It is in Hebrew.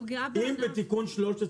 ה-13.